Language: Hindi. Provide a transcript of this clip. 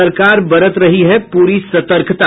सरकार बरत रही है पूरी सतर्कता